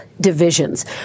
divisions